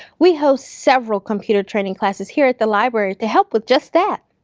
we host several computer training classes here at the library to help with just that.